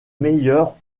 meilleurs